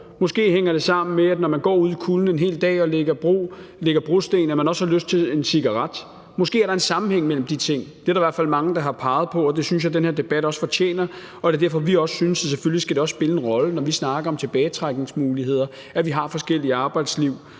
Måske hænger det sammen med, at man, når man går ud i kulden en hel dag og lægger brosten, måske også har lyst til en cigaret. Måske er der en sammenhæng mellem de ting. Det er der i hvert fald mange der har peget på, og det synes jeg også den her debat fortjener at der bliver kigget på, og det er derfor, vi også synes, at det selvfølgelig skal spille en rolle, når vi snakker om tilbagetrækningsmuligheder, at vi har forskellige arbejdsliv